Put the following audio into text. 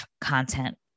content